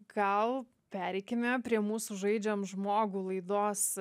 gal pereikime prie mūsų žaidžiam žmogų laidos